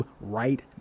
right